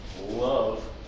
love